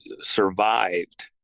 survived